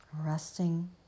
Resting